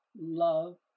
love